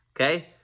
okay